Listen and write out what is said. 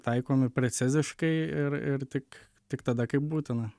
taikomi preciziškai ir ir tik tik tada kai būtina